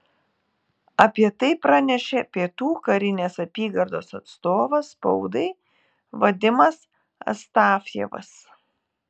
apie tai pranešė pietų karinės apygardos atstovas spaudai vadimas astafjevas